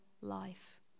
life